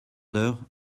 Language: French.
d’heure